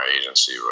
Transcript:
Agency